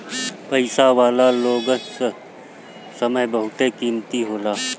पईसा वाला लोग कअ समय बहुते कीमती होला